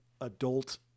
adult